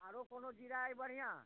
आरो कोनो जीरा अइ बढ़िआँ